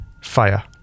fire